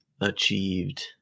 achieved